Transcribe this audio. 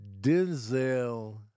Denzel